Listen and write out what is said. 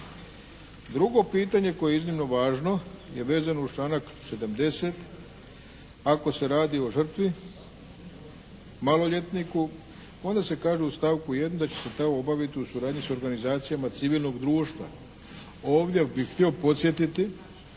Drugo pitanje koje je iznimno važno je vezano uz članak 70. ako se radi o žrtvi maloljetniku. Onda se kaže u stavku 1. da će se to obaviti u suradnji sa organizacijama civilnog društva. Ovdje bih htio podsjetiti